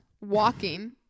Walking